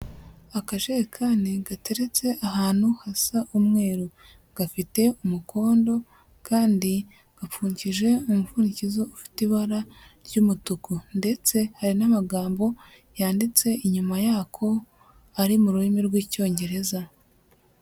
Akajerekani gateretse ahantu hasa umweru, gafite umukondo, kandi gafungije umuvundikizo ufite ibara ry'umutuku, ndetse hari n'amagambo yanditse inyuma yako, ari mu rurimi rw'icyongereza.